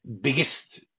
biggest